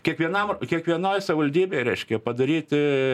kiekvienam kiekvienoj savaldybėj reiškia padaryti